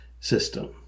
system